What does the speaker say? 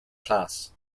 class